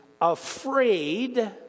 afraid